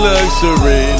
Luxury